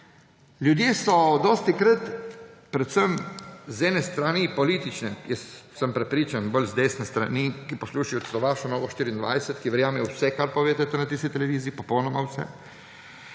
Ljudje so dostikrat, predvsem z ene politične strani, jaz sem prepričan – bolj z desne strani, ki poslušajo celo vašo Nova24TV, ki verjamejo vse, kar poveste na tisti televiziji, popolnoma vse,